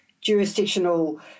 jurisdictional